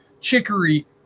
chicory